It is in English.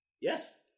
Yes